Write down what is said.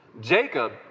Jacob